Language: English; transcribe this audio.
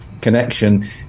connection